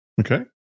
okay